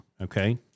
Okay